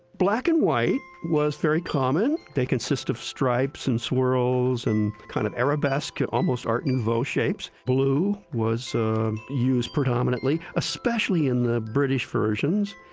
black and white was very common. they consist of stripes and swirls and kind of arabesque, almost art nouveau shapes. blue was used predominantly, especially in the british versions,